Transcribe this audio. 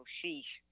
Sheesh